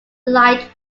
light